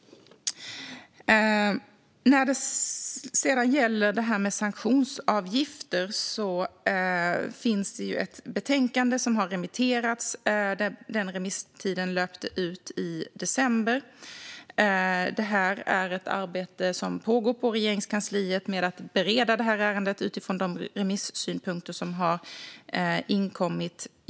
När det sedan gäller detta med sanktionsavgifter finns det ju ett betänkande som har remitterats, där remisstiden löpte ut i december. Det pågår ett arbete på Regeringskansliet med att bereda ärendet utifrån de remisssynpunkter som har inkommit.